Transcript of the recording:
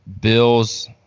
Bills